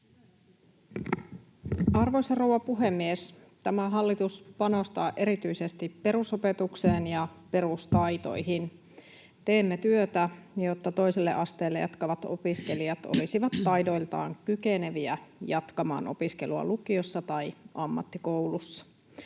Arvoisa rouva puhemies! Tämä hallitus panostaa erityisesti perusopetukseen ja perustaitoihin. Teemme työtä, jotta toiselle asteelle jatkavat opiskelijat olisivat taidoiltaan kykeneviä jatkamaan opiskelua lukiossa tai ammattikoulussa.